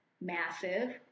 massive